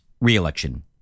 reelection